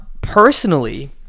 personally